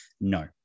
no